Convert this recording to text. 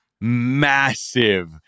massive